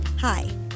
Hi